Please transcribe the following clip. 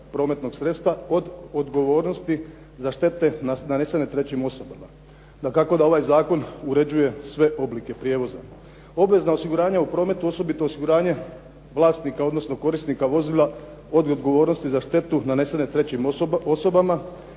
prometnog sredstva od odgovornosti za štete nanesene trećim osobama. Dakako da ovaj zakon uređuje sve oblike prijevoza. Obvezna osiguranja u prometu, osobito osiguranje vlasnika, odnosno korisnika vozila od odgovornosti za štetu nanesene trećim osobama,